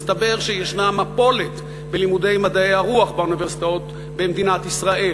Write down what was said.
מסתבר שיש מפולת בלימודי מדעי הרוח באוניברסיטאות במדינת ישראל,